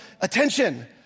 attention